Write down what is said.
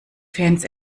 fans